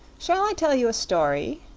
shall i tell you a story?